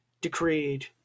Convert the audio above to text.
decreed